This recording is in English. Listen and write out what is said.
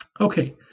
Okay